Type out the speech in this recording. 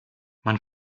man